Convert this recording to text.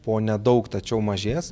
po nedaug tačiau mažės